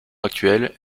actuel